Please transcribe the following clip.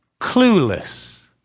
clueless